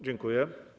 Dziękuję.